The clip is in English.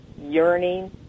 yearning